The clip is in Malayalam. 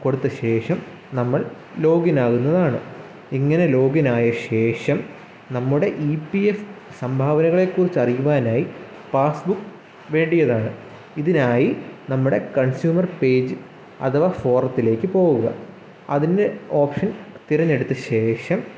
കൊടുത്ത ശേഷം നമ്മൾ ലോഗിൻ ആവുന്നതാണ് ഇങ്ങനെ ലോഗിൻ ആയ ശേഷം നമ്മുടെ ഇ പി എഫ് സംഭാവനകളെകുറിച്ച് അറിയുവാനായി പാസ്സ്ബുക്ക് വേണ്ടിയതാണ് ഇതിനായി നമ്മുടെ കൺസ്യുമർ പേജ് അഥവാ ഫോറത്തിലേക്ക് പോവുക അതിൻ്റെ ഓപ്ഷൻ തിരഞ്ഞെടുത്ത ശേഷം